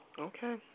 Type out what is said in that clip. Okay